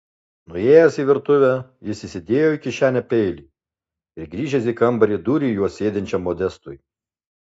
nuėjęs į virtuvę jis įsidėjo į kišenę peilį ir grįžęs į kambarį dūrė juo sėdinčiam modestui